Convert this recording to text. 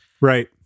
Right